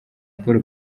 paul